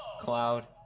cloud